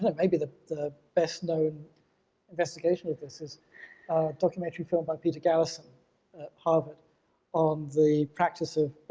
and maybe the the best known investigation of this is a documentary film by peter galison at harvard on the practice of,